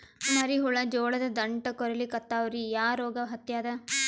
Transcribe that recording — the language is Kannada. ಮರಿ ಹುಳ ಜೋಳದ ದಂಟ ಕೊರಿಲಿಕತ್ತಾವ ರೀ ಯಾ ರೋಗ ಹತ್ಯಾದ?